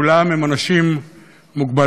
כולם הם אנשים מוגבלים,